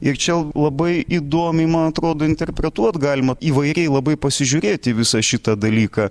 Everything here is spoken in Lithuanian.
ir čia labai įdomiai man atrodo interpretuot galima įvairiai labai pasižiūrėt į visą šitą dalyką